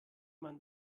man